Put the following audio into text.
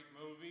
movie